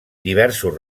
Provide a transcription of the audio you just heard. diversos